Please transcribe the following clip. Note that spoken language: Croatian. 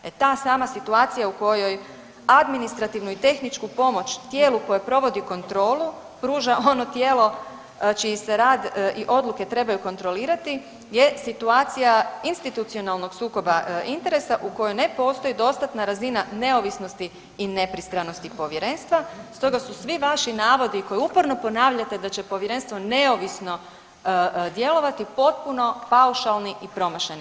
E ta sama situacija u kojoj administrativnu i tehničku pomoć tijelu koje provodi kontrolu pruža ono tijelo čiji se rad i odluke trebaju kontrolirati je situacija institucionalnog sukoba interesa u kojoj ne postoji dostatna razina neovisnosti i nepristranosti Povjerenstva, stoga su svi vaši navodi koje uporno ponavljate da će Povjerenstvo neovisno djelovati, potpuno paušalni i promašeni.